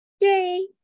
Yay